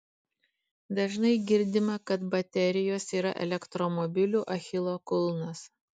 dažnai girdima kad baterijos yra elektromobilių achilo kulnas